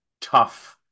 tough